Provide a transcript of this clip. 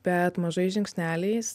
bet mažais žingsneliais